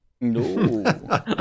No